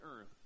earth